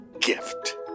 gift